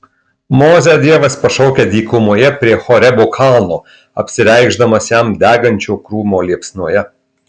mozę dievas pašaukia dykumoje prie horebo kalno apsireikšdamas jam degančio krūmo liepsnoje